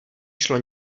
šlo